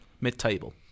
mid-table